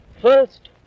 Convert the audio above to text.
First